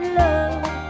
love